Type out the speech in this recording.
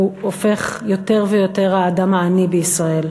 הוא הופך יותר ויותר האדם העני בישראל.